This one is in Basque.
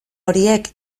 horiek